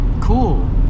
cool